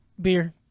Beer